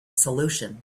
solution